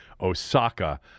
Osaka